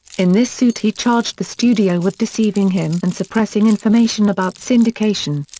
in this suit he charged the studio with deceiving him and suppressing information about syndication.